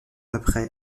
après